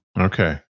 Okay